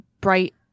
bright